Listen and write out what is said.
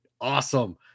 awesome